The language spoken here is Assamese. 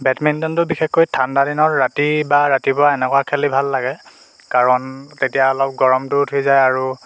বেডমিণ্টনটো বিশেষকৈ ঠাণ্ডা দিনৰ ৰাতি বা ৰাতিপুৱা এনেকুৱাত খেলি ভাল লাগে কাৰণ তেতিয়া অলপ গৰমটোও উঠি যায় আৰু